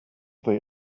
they